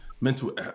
mental